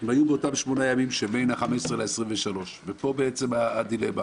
שבין ה-12 ל-23, ופה בעצם הדילמה.